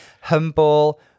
humble